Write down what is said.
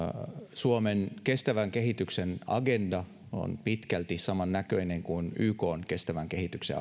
suomen kestävän kehityksen agenda on pitkälti samannäköinen kuin ykn kestävän kehityksen